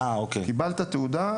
קיבלת תעודה,